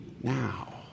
now